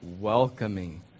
welcoming